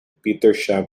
petersham